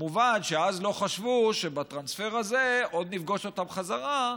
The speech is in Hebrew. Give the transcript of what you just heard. כמובן שאז לא חשבו שבטרנספר הזה עוד נפגוש אותם חזרה,